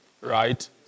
Right